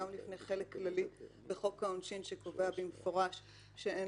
גם לפני חלק כללי בחוק העונשין שקובע במפורש שאין